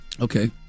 Okay